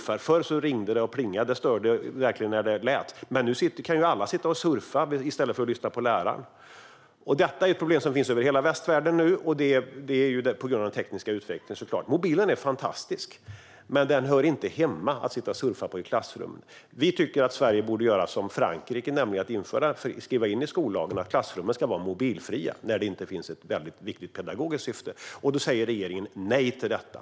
Förr ringde det och plingade och störde på så sätt, men nu kan ju alla sitta och surfa i stället för att lyssna på läraren. Detta är problem som på grund av den tekniska utvecklingen finns över hela västvärlden. Mobilen är fantastisk, men om eleverna sitter och surfar hör den inte hemma i klassrummen. Vi tycker att Sverige borde göra som Frankrike, nämligen skriva in i skollagen att klassrummen ska vara mobilfria när det inte finns ett viktigt pedagogiskt syfte. Men regeringen säger nej till detta.